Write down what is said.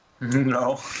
No